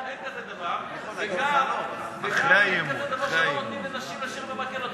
אין כזה דבר וגם אין כזה דבר שלא נותנים לנשים לשיר במקהלות.